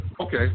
Okay